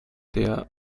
der